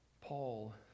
Paul